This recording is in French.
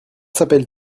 s’appelle